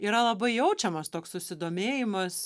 yra labai jaučiamas toks susidomėjimas